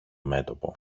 μέτωπο